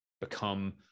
become